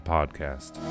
Podcast